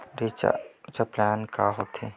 Recharge plan का होथे?